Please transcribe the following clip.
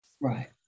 Right